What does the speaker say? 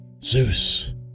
Zeus